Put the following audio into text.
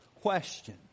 question